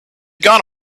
gone